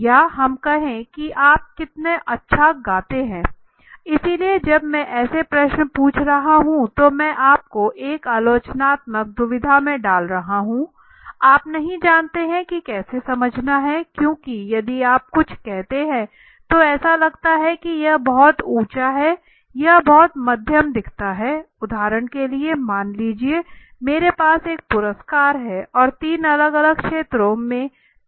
या हम कहें कि आप कितना अच्छा गाते हैं इसलिए जब मैं ऐसे प्रश्न पूछ रहा हूं तो मैं आपको एक आलोचनात्मक दुविधा में डाल रहा हूं आप नहीं जानते कि कैसे समझाना है क्योंकि यदि आप कुछ कहते हैं तो ऐसा लगता है कि यह बहुत ऊंचा है या बहुत मध्यम दिखता है उदाहरण के लिए मान लीजिए कि मेरे पास एक पुरस्कार है और तीन अलग अलग क्षेत्रों से तीन लोग हैं